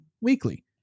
weekly